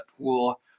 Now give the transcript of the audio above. pool